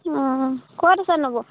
অঁ ক'ত আছে নবৌ